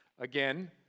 Again